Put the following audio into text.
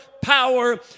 power